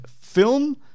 film